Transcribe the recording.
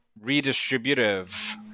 redistributive